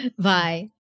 Bye